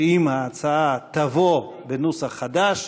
שאם ההצעה תבוא בנוסח חדש,